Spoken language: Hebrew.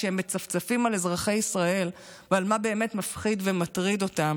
כשהם מצפצפים על אזרחי ישראל ועל מה שבאמת מפחיד ומטריד אותם.